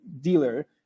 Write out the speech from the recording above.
dealer